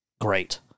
great